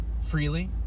freely